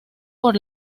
por